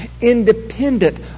independent